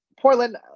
Portland